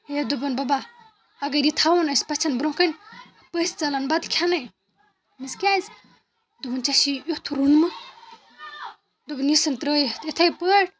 ہے دوٚپُن بَبا اگر یہِ تھاوُن آسہِ پَژھٮ۪ن برۄنٛہہ کَنہِ پٔژھۍ ژَلَن بَتہٕ کھٮ۪نَے کیٛازِ دوٚپُن ژےٚ چھی یُتھ روٚنمُت دوٚپُن یہِ ژھٕن ترٛٲیِتھ یِتھَے پٲٹھۍ